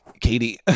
Katie